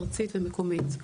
ארצית ומקומית.